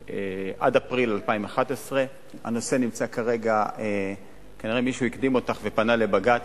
עד אפריל 2011. כנראה מישהו הקדים אותך ופנה לבג"ץ,